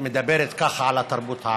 שמדברת ככה על התרבות הערבית.